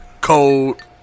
cold